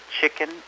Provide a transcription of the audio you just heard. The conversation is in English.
chicken